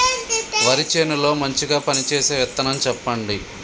వరి చేను లో మంచిగా పనిచేసే విత్తనం చెప్పండి?